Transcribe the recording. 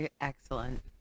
excellent